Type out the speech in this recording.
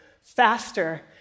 faster